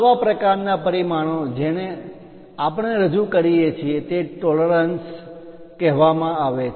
આવા પ્રકારના પરિમાણો જેને આપણે રજૂ કરીએ છીએ તે ટોલરન્સ પરિમાણ માં માન્ય તફાવત કહેવામાં આવે છે